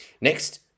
Next